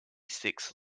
six